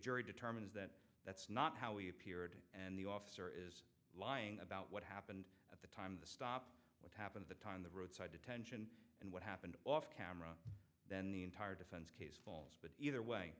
jury determines that that's not how he appeared and the officer is lying about what happened at the time the stop what happened the time the roadside detention and what happened off camera then the entire defense calls but either way